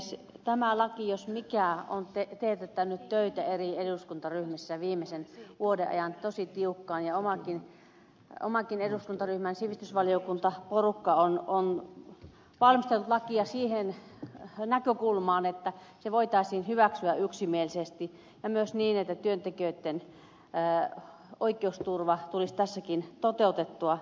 tämä laki jos mikä on teetättänyt töitä eri eduskuntaryhmissä viimeisen vuoden ajan tosi tiukkaan ja omankin eduskuntaryhmäni sivistysvaliokuntaporukka on valmistellut lakia siitä näkökulmasta että se voitaisiin hyväksyä yksimielisesti ja myös niin että työntekijöitten oikeusturva tulisi tässäkin toteutettua